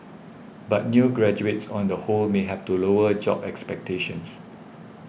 but new graduates on the whole may have to lower job expectations